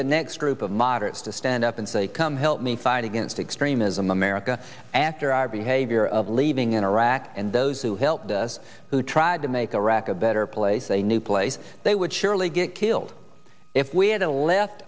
the next group of moderates to stand up and say come help me fight against extremism america after our behavior of leaving in iraq and those who helped us who tried to make iraq a better place a new place they would surely get killed if we had a left